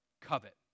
covet